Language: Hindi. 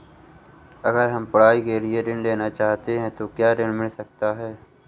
अगर हम पढ़ाई के लिए ऋण लेना चाहते हैं तो क्या ऋण मिल सकता है?